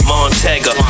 Montega